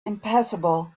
impassable